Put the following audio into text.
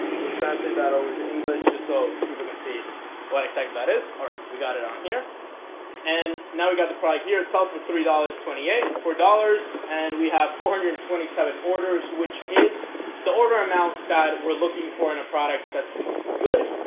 we translate that over to english just so people can see what exactly that is. alright, we got it on here and now we got the product here at sauce for three dollars twenty eight four dollars and we have four hundred and twenty seven orders which is the order amount that we're looking for in a product, that's good,